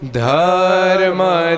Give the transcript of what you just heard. dharma